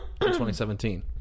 2017